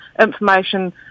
information